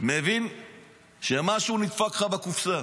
מבין שמשהו נדפק לך בקופסה.